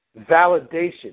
Validation